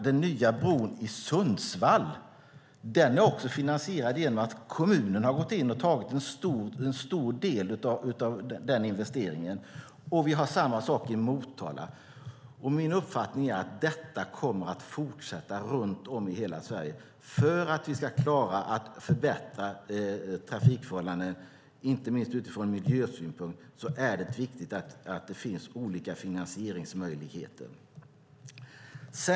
Den nya bron i Sundsvall är finansierad genom att kommunen har tagit en stor del av investeringen. Samma sak gäller i Motala. Min uppfattning är att detta kommer att fortsätta runt om i Sverige. För att vi ska klara att förbättra trafikförhållandena, inte minst ur miljösynpunkt, är det viktigt att det finns olika finansieringsmöjligheter.